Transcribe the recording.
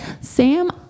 Sam